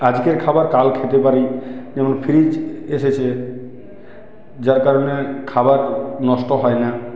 আজকের খাবার কাল খেতে পারি যেমন ফ্রিজ এসেছে যার কারণে খাবার নষ্ট হয় না